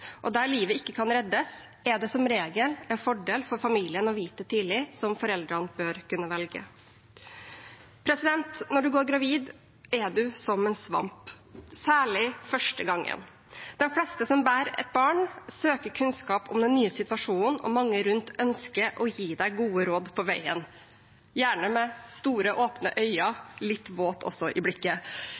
og der livet ikke kan reddes, er det som regel en fordel for familien å vite det tidlig, noe som foreldrene bør kunne velge. Når du går gravid, er du som en svamp, særlig den første gangen. De fleste som bærer et barn, søker kunnskap om den nye situasjonen, og mange rundt ønsker å gi deg gode råd på veien, gjerne med store, åpne øyne og også litt våt i blikket.